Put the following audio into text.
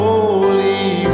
Holy